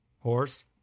horse